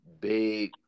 big